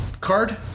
card